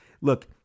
Look